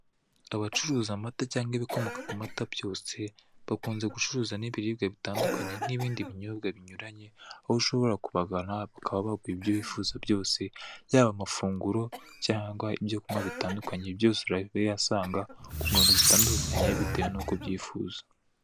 Abacuruza amata cyangwa ibikomoka ku mata byose, bakunze gucuruza n'ibiribwa bitandukanye n'ibindi binyobwa binyuranye, aho ushobora kubagana bakaba baguha ibyo wifuza byose byaba amafunguro cyangwa ibyo kunywa bitandukanye byose urabihasanga ku ngano zitandukanye bitewe n'uko kubyifuza.